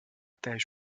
též